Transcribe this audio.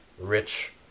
rich